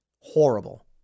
horrible